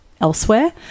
elsewhere